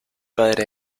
padre